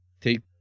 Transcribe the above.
take